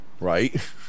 right